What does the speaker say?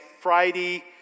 Friday